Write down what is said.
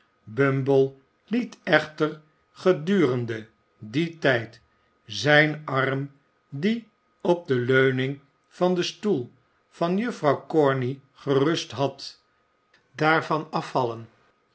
bumble liet echter gedurende dien tijd zijn arm die op de leuning van den stoel van juffrouw corney gerust had daarvan afvallen